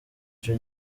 icyo